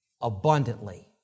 abundantly